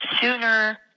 sooner